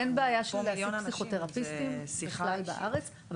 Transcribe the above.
אין בעיה של מחסור בפסיכותרפיסטים בכלל בארץ.